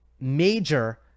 major